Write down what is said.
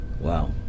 Wow